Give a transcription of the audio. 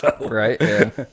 Right